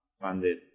funded